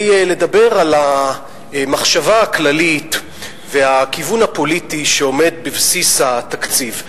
לדבר על המחשבה הכללית והכיוון הפוליטי שעומד בבסיס התקציב,